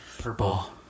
Purple